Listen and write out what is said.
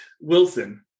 Wilson